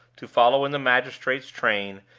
to follow in the magistrate's train,